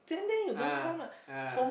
ah ah